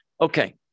Okay